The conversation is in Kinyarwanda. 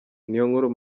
niyonkuru